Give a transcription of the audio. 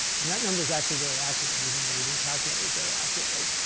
and that number is actually very accurate, even though we didn't calculate it very accurately.